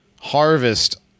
harvest